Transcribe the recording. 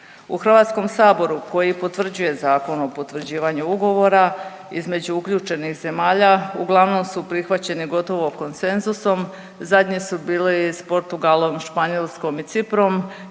U HS koji potvrđuje Zakon o potvrđivanju ugovora između uključenih zemalja uglavnom su prihvaćeni gotovo konsenzusom, zadnji su bili s Portugalom, Španjolskom i Ciprom,